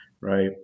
right